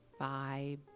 vibe